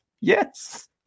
Yes